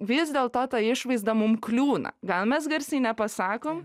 vis dėl to ta išvaizda mum kliūna gal mes garsiai nepasakom